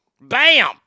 Bam